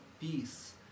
peace